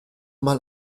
mal